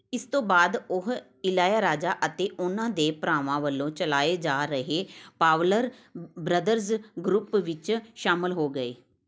ਇਸ ਤੋਂ ਬਾਅਦ ਉਹ ਇਲੈਯਾ ਰਾਜਾ ਅਤੇ ਉਨ੍ਹਾਂ ਦੇ ਭਰਾਵਾਂ ਵੱਲੋਂ ਚਲਾਏ ਜਾ ਰਹੇ ਪਾਵਲਰ ਬ੍ਰਦਰਜ਼ ਗਰੁੱਪ ਵਿੱਚ ਸ਼ਾਮਲ ਹੋ ਗਏ